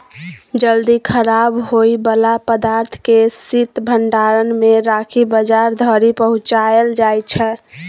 जल्दी खराब होइ बला पदार्थ केँ शीत भंडारण मे राखि बजार धरि पहुँचाएल जाइ छै